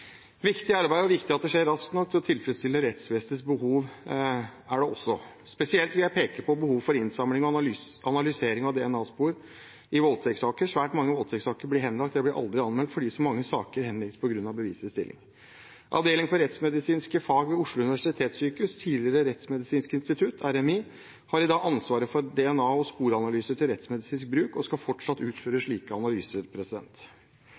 viktig arbeid, og det er viktig at det skjer raskt nok til å tilfredsstille rettsvesenets behov. Spesielt vil jeg peke på behov for innsamling og analysering av DNA-spor i voldtektssaker. Svært mange voldtektssaker blir henlagt, eller blir aldri anmeldt fordi så mange saker henlegges på grunn av bevisets stilling. Avdeling for rettsmedisinske fag ved Oslo universitetssykehus, tidligere Rettsmedisinsk institutt, RMI, har i dag ansvaret for DNA- og sporanalyser til rettsmedisinsk bruk og skal fortsatt utføre